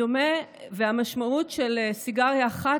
והמשמעות של סיגריה אחת,